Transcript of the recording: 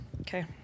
Okay